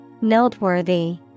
Noteworthy